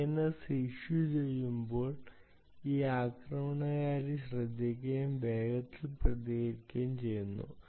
DNS issue ചെയ്യുമ്പോൾ ഈ ആക്രമണകാരി ശ്രദ്ധിക്കുകയും വേഗത്തിൽ പ്രതികരിക്കുകയും ചെയ്യുന്നു